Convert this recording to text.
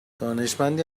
دانشمندی